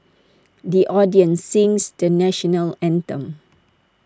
the audience sings the National Anthem